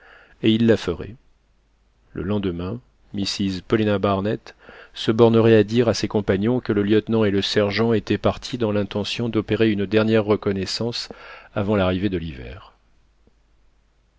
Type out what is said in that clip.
et il la ferait le lendemain mrs paulina barnett se bornerait à dire à ses compagnons que le lieutenant et le sergent étaient partis dans l'intention d'opérer une dernière reconnaissance avant l'arrivée de l'hiver